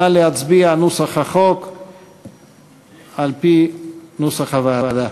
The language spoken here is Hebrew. נא להצביע על החוק על-פי נוסח הוועדה.